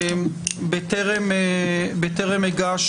בטרם ניגש